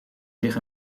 zich